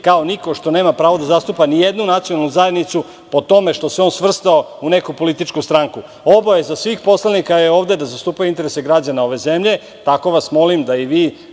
kao niko što nema pravo da zastupa ni jednu nacionalnu zajednicu po tome što se on svrstao u neku političku stranku. Obaveza svih poslanika ovde je da zastupaju interese građana ove zemlje. Molim vas da i vi